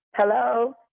Hello